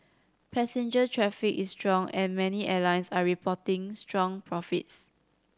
passenger traffic is strong and many airlines are reporting strong profits